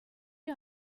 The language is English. you